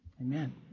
Amen